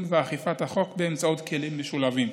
ואכיפת החוק באמצעות כלים משולבים.